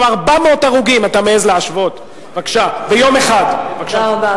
תודה רבה.